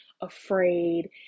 afraid